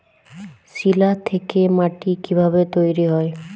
শিলা থেকে মাটি কিভাবে তৈরী হয়?